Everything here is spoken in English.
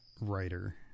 writer